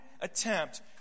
attempt